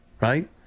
right